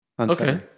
Okay